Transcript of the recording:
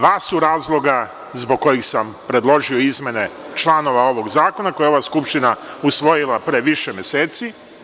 Dva su razloga zbog kojih sam predložio izmene članova ovog zakona koje je ova Skupština usvojila pre više meseci.